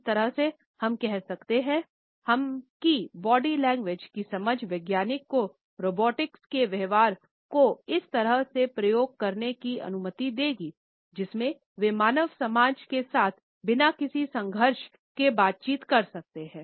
इस तरह सेहम कह सकते हैं हम कह सकते हैं कि बॉडी लैंग्वेज की समझ वैज्ञानिक को रोबोटिक के व्यवहार को इस तरह से प्रोग्राम करने की अनुमति देगी जिसमें वे मानव समाज के साथ बिना किसी संघर्ष के बातचीत कर सकते हैं